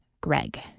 Greg